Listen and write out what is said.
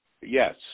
yes